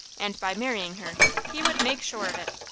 and by marrying her he would make sure of it.